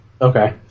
Okay